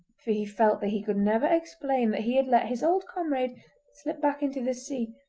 for he felt that he could never explain that he had let his old comrade slip back into the sea,